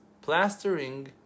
plastering